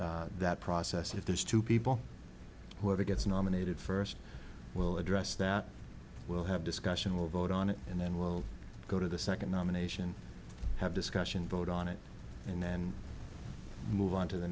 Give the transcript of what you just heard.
with that process if there's two people who are gets nominated first we'll address that we'll have discussion will vote on it and then we'll go to the second nomination have discussion vote on it and then move on to the